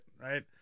right